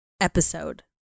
episode